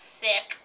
sick